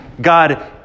God